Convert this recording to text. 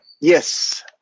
Yes